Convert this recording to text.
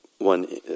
one